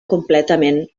completament